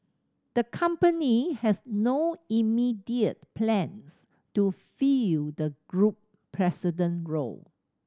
the company has no immediate plans to fill the group president role